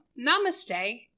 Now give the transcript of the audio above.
namaste